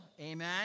Amen